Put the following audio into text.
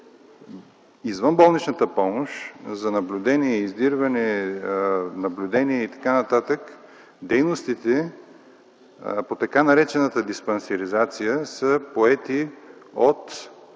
извънболничната помощ, за наблюдение, издирване и т.н., дейностите по така наречената диспансеризация, са поети от